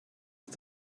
ist